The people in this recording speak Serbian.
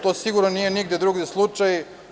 To sigurno nije nigde drugo slučaj.